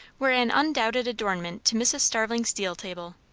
were an undoubted adornment to mrs. starling's deal table,